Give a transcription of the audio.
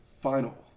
final